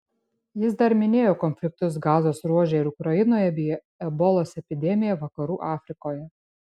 jis dar minėjo konfliktus gazos ruože ir ukrainoje bei ebolos epidemiją vakarų afrikoje